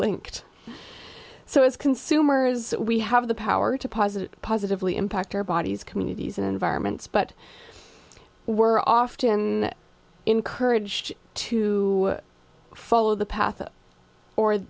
linked so as consumers we have the power to positive positively impact our bodies communities and environments but we're often encouraged to follow the path o